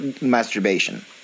masturbation